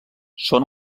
són